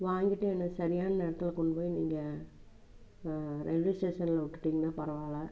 வாங்கிட்டு எனக்கு சரியான நேரத்தில் கொண்டு போய் நீங்கள் ரயில்வே ஸ்டேஷன்ல விட்டுட்டிங்கனா பரவாயில்ல